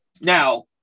Now